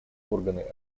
органы